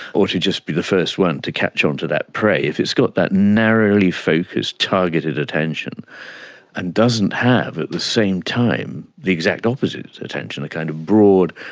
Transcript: or to just be the first one to catch onto that prey, if it's got that narrowly-focused targeted attention and doesn't have at the same time the exact opposite attention, a kind of broad,